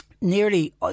nearly